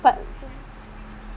but